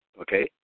Okay